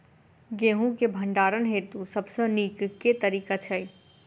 गेंहूँ केँ भण्डारण हेतु सबसँ नीक केँ तरीका छै?